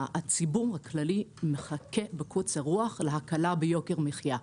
הציבור הכללי מחכה בקוצר רוח להקלה ביוקר המחייה.